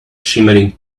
shimmering